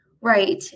Right